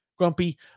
Grumpy